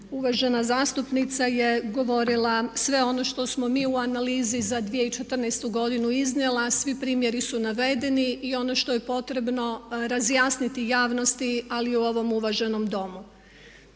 Uvažena zastupnica je govorila sve ono što smo mi u analizi za 2014. godinu iznijeli, svi primjeri su navedeni i ono što je potrebno razjasniti javnosti ali i ovom uvaženom Domu.